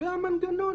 והמנגנון